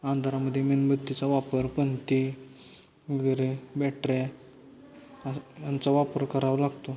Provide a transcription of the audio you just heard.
आंधारामध्ये मेणबत्तीचा वापर पणती वगैरे बॅटऱ्या यांचा वापर करावा लागतो